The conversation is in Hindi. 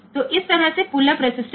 तो इस तरह से पुलअप रेसिस्टर हैं